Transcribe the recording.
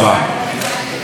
בשם סיעת מרצ,